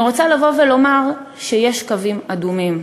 אני רוצה לבוא ולומר שיש קווים אדומים